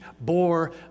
bore